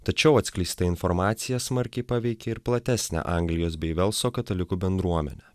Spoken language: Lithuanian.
tačiau atskleista informacija smarkiai paveikė ir platesnę anglijos bei velso katalikų bendruomenę